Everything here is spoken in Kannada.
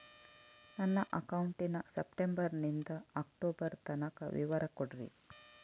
ನನ್ನ ಅಕೌಂಟಿನ ಸೆಪ್ಟೆಂಬರನಿಂದ ಅಕ್ಟೋಬರ್ ತನಕ ವಿವರ ಕೊಡ್ರಿ?